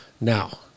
Now